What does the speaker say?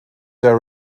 der